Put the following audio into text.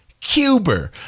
cuber